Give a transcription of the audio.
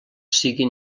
siguin